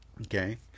Okay